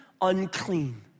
unclean